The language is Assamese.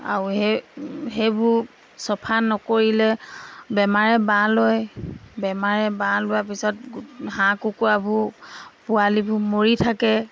আৰু সেই সেইবোৰ চফা নকৰিলে বেমাৰে বাঁহ লয় বেমাৰে বাঁহ লোৱাৰ পিছত হাঁহ কুকুৰাবোৰ পোৱালিবোৰ মৰি থাকে